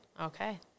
Okay